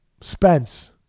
Spence